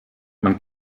man